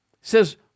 says